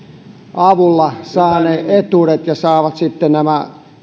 avulla saa etuudet ja saavat nämä